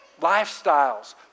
lifestyles